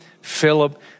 Philip